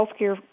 healthcare